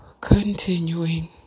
Continuing